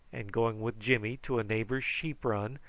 and going with jimmy to a neighbour's sheep-run,